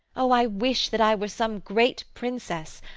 o i wish that i were some great princess,